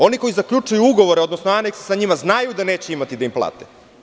Oni koji zaključuju ugovore, odnosno anekse, sa njima znaju da neće imati da im plate.